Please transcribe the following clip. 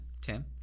Tim